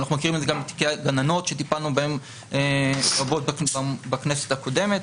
אנחנו מכירים את זה גם מתיקי הגננות שטיפלנו בהם רבות בכנסת הקודמת.